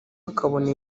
akabona